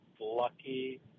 lucky